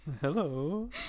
Hello